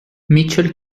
mitchell